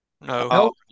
No